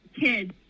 kids